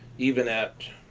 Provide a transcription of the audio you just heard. even at